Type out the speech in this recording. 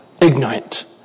ignorant